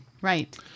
Right